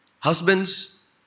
Husbands